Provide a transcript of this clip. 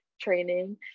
training